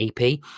EP